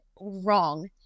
wrong